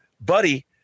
buddy